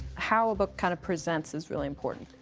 how a book kind of presents is really important.